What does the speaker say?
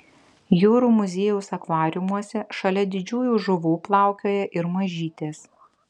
jūrų muziejaus akvariumuose šalia didžiųjų žuvų plaukioja ir mažytės